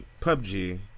PUBG